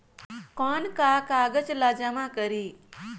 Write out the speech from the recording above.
कौन का कागज ला जमा करी?